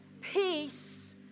peace